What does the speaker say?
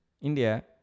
India